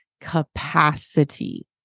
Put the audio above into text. capacity